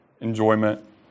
enjoyment